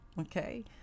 Okay